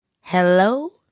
Hello